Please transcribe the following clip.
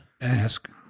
Ask